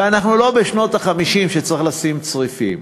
ואנחנו לא בשנות ה-50 שצריך לשים צריפים.